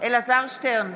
אלעזר שטרן,